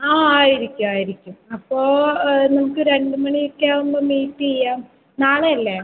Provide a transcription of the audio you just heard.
ആ ആയിരിക്കും ആയിരിക്കും അപ്പോൾ നമുക്ക് രണ്ട് മണിയൊക്കെ ആവുമ്പം മീറ്റ് ചെയ്യാം നാളെ അല്ലേ